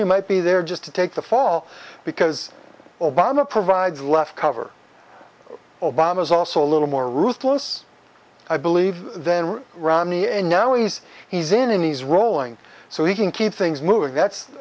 romney might be there just to take the fall because obama provides left cover obama is also a little more ruthless i believe then romney and now he's he's in a nice rolling so he can keep things moving that's